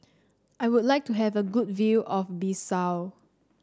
I would like to have a good view of Bissau